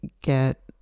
get